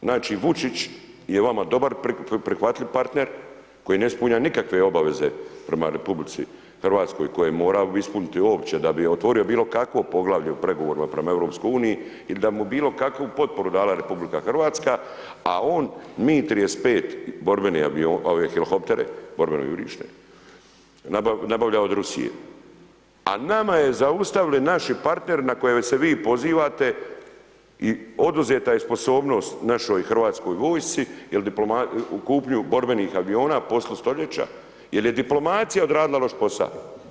Znači Vučić je vama dobar, prihvatljiv partner koji ne ispunjava nikakve obaveze prema RH koje je morao ispuniti uopće da bi otvorio bilo kakvo poglavlje u pregovorima prema EU i da mu bilo kakvu potporu dala RH, a on MI35 borbene ove helihoptere, borbeno-jurišne nabavlja od Rusije, a nama je zaustavili naši partneri na koje se vi pozivate i oduzeta je sposobnost našoj Hrvatskoj vojsci jer kupnju borbenih aviona u poslu stoljeća jer je diplomacija odradila loš posa.